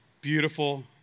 beautiful